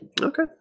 Okay